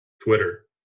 twitter